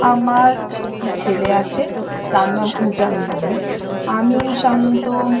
আমার ছে একটি ছেলে আছে তার নাম উজান মানিক আমি সাধারণত